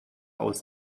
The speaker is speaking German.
aus